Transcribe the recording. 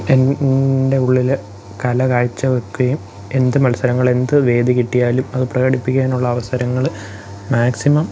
N എന്റെ ഉള്ളില് കല കാഴ്ചവെക്കുകയും എന്ത് മത്സരങ്ങളെന്തു വേദി കിട്ടിയാലും അത് പ്രകടിപ്പിക്കാനുള്ള അവസരങ്ങള് മാക്സിമം